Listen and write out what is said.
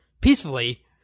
peacefully